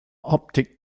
optic